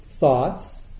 thoughts